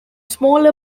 smaller